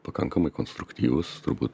pakankamai konstruktyvūs turbūt